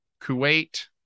Kuwait